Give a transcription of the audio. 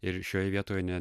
ir šioj vietoje ne